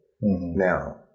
Now